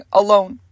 alone